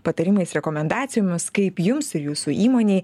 patarimais rekomendacijomis kaip jums ir jūsų įmonei